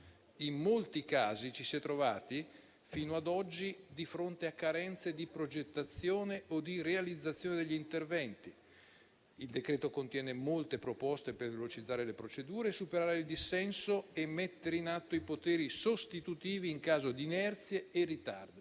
In molti casi ci si è trovati, fino ad oggi, di fronte a carenze di progettazione o di realizzazione degli interventi. Il decreto contiene molte proposte per velocizzare le procedure, superare il dissenso e mettere in atto i poteri sostitutivi in caso di inerzia e ritardo